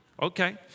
Okay